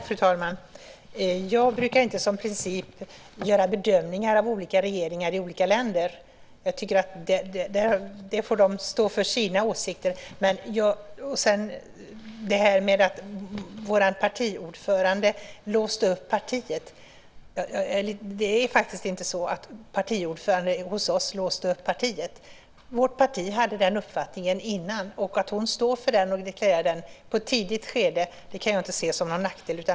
Fru talman! Av princip brukar jag inte göra bedömningar av olika regeringar i olika länder. De får stå för sina åsikter. Det var faktiskt inte så att vår partiordförande låste upp partiet. Vårt parti hade den uppfattningen innan, och att hon i ett tidigt skede står för och deklarerar den kan jag inte se som någon nackdel.